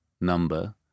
number